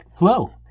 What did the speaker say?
Hello